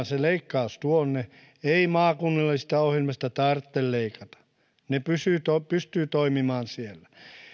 se leikkaus kohdistetaan tuonne ei maakunnallisista ohjelmista tarvitse leikata ne pystyvät toimimaan siellä